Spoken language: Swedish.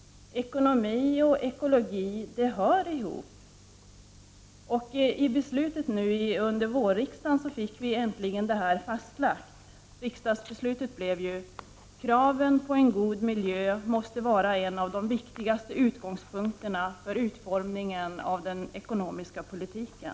Ekonomi och ekologi hör ihop. I våras fick vi äntligen detta fastlagt. Riksdagsbeslutet blev: ”Kraven på en god miljö måste vara en av de viktigaste utgångspunkterna för utformningen av den ekonomiska politiken.